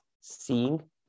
Seeing